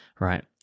Right